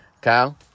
Kyle